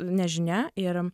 nežinia ir